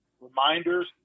reminders